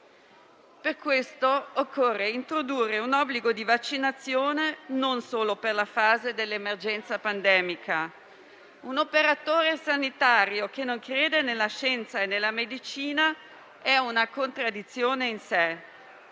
Per questo occorre introdurre un obbligo di vaccinazione non solo per la fase dell'emergenza pandemica. Un operatore sanitario che non crede nella scienza e nella medicina è una contraddizione in sé.